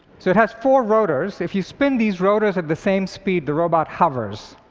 so it has four rotors. if you spin these rotors at the same speed, the robot hovers.